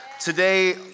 Today